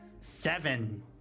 Seven